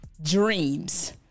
dreams